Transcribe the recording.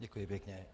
Děkuji pěkně.